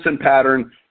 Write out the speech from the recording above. pattern